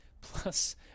plus